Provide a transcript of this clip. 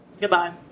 Goodbye